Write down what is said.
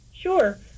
Sure